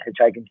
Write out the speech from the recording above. hitchhiking